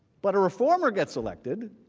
but a reformer gets elected,